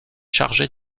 chargé